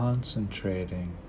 Concentrating